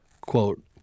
quote